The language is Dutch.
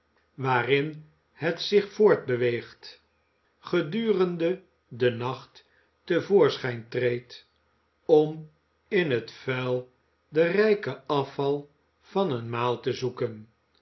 waarin het zich voortbeweegt gedurende den nacht te voorschijn treedt om in het vuil den rijken afval van een maal te zoeken